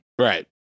Right